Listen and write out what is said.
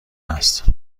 است